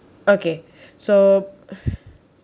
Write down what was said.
okay so